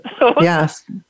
Yes